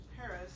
Paris